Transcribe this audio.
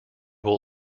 will